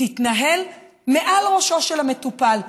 תתנהל מעל ראשו של המטופל.